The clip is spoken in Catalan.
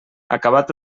acabat